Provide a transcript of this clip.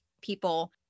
people